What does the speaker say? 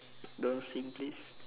don't sing please